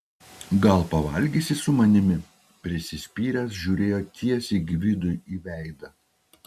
gal pavalgysi su manimi prisispyręs žiūrėjo tiesiai gvidui į veidą